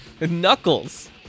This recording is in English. knuckles